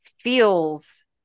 feels